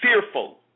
fearful